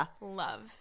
love